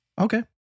Okay